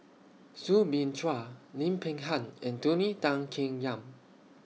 Soo Bin Chua Lim Peng Han and Tony Tan Keng Yam